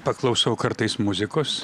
paklausau kartais muzikos